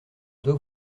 dois